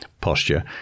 posture